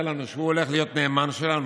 כשהוא מספר לנו שהוא הולך להיות נאמן שלנו?